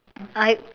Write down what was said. I